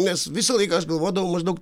mes visą laiką aš galvodavau maždaug